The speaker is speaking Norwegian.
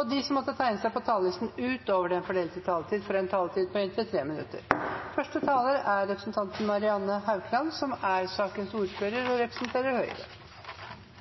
og de som måtte tegne seg på talerlisten utover den fordelte taletid, får en taletid på inntil 3 minutter. Nå har barn og unge endelig fått en egen kulturmelding. Målet med meldingen er